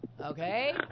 Okay